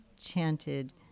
chanted